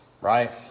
right